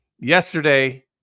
Yesterday